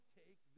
take